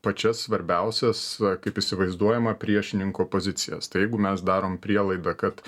pačias svarbiausias kaip įsivaizduojama priešininko pozicijas tai jeigu mes darom prielaidą kad